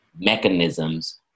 mechanisms